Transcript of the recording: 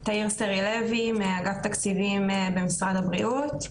אני מאגף תקציבים במשרד הבריאות.